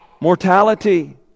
mortality